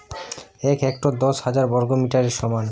এক হেক্টর দশ হাজার বর্গমিটারের সমান